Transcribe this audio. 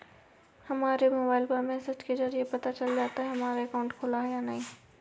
हमारे मोबाइल पर मैसेज के जरिये पता चल जाता है हमारा अकाउंट खुला है या नहीं